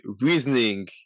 reasoning